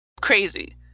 crazy